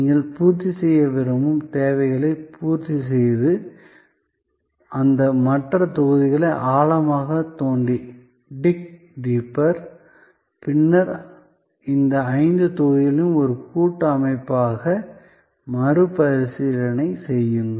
நீங்கள் பூர்த்தி செய்ய விரும்பும் தேவைகளை பூர்த்தி செய்து அந்த மற்ற தொகுதிகளை ஆழமாக தோண்டி பின்னர் இந்த ஐந்து தொகுதிகளை ஒரு கூட்டு அமைப்பாக மறுபரிசீலனை செய்யுங்கள்